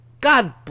God